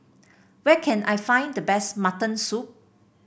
where can I find the best Mutton Soup